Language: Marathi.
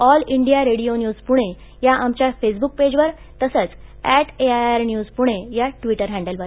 all India radio news Pune या फेसबुक पेजवर तसंच ऍट एआयआर न्यूज पुणे या ट्विटर हँडलवर